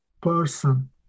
person